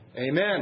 Amen